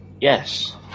Yes